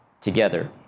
together